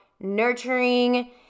nurturing